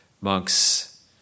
monks